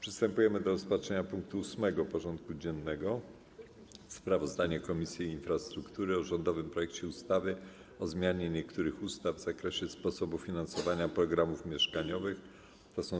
Przystępujemy do rozpatrzenia punktu 8. porządku dziennego: Sprawozdanie Komisji Infrastruktury o rządowym projekcie ustawy o zmianie niektórych ustaw w zakresie sposobu finansowania programów mieszkaniowych